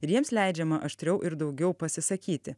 ir jiems leidžiama aštriau ir daugiau pasisakyti